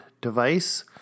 device